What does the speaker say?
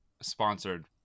sponsored